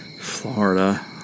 Florida